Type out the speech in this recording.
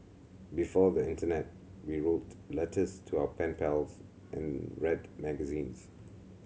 before the internet we wrote letters to our pen pals and read magazines